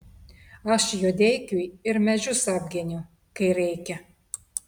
aš juodeikiui ir medžius apgeniu kai reikia